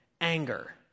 anger